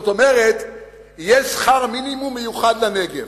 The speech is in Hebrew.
כלומר יהיה שכר מינימום מיוחד לנגב,